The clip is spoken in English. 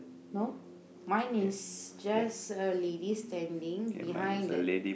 no mine is just a lady standing behind the